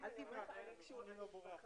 בשעה